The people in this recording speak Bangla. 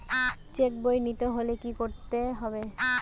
চেক বই নিতে হলে কি করতে হবে?